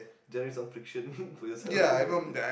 generate some friction for yourself